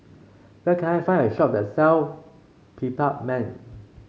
where can I find a shop that sell Peptamen